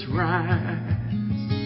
rise